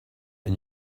and